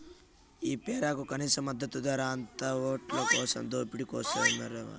ఆ పేరుకే కనీస మద్దతు ధర, అంతా ఓట్లకోసం దోపిడీ కోసరమే